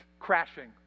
crashing